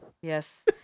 Yes